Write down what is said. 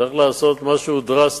צריך לעשות משהו דרסטי,